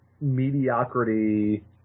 mediocrity